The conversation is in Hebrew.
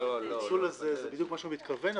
שהפיצול הזה זה הוא מה שהוא מתכוון,